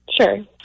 Sure